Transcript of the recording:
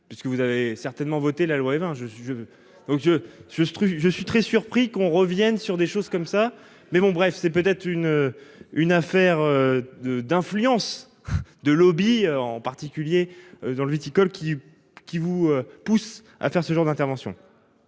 puisque vous avez certainement voter la loi Évin je. Donc je je suis, je suis très surpris qu'on revienne sur des choses comme ça mais bon bref c'est peut-être une une affaire. De d'influence de lobbies en particulier dans le viticole qui qui vous pousse à faire ce genre d'intervention.